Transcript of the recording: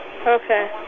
Okay